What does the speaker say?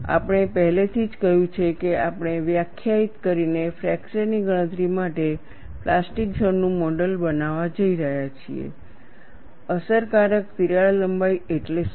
આપણે પહેલેથી જ કહ્યું છે કે આપણે વ્યાખ્યાયિત કરીને ફ્રેકચર ની ગણતરી માટે પ્લાસ્ટિક ઝોન નું મોડલ બનાવવા જઈ રહ્યા છીએ અસરકારક તિરાડ લંબાઈ એટલે શું